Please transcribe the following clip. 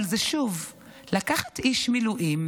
אבל זה שוב לקחת איש מילואים,